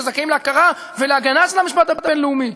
שזכאים להכרה ולהגנה במשפט הבין-לאומי.